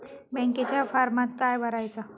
बँकेच्या फारमात काय भरायचा?